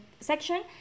section